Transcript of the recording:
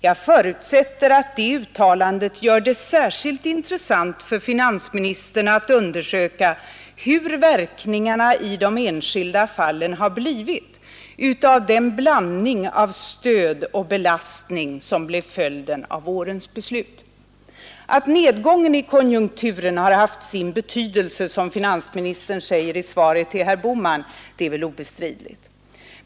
Jag förutsätter att det uttalandet gör det särskilt intressant för finansministern att undersöka hur verkningarna i de enskilda fallen har blivit av den blandning av stöd och belastning som blev följden av vårens beslut. Att nedgången i konjunkturen har haft sin betydelse, som finansministern säger i svaret till herr Bohman, är väl obestridligt.